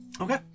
Okay